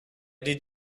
did